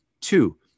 Two